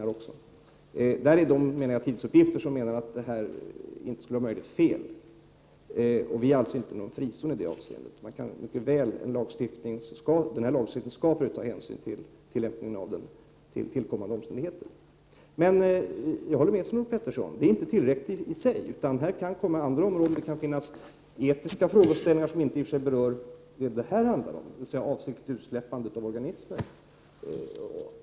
Här är alltså de tidsuppgifter som går ut på att det här inte skulle vara möjligt felaktiga. Sverige är alltså inte någon frizon. På grundval av lagstiftningen skall man för övrigt ta hänsyn till tillkommande omständigheter. Men jag håller med Sven-Olof Petersson. Detta är inte tillräckligt i sig. Det kan gälla andra områden och etiska frågeställningar som inte i och för sig har att göra med det som det nu handlar om, dvs. avsiktligt utsläppande av organismer.